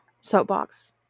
soapbox